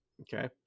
Okay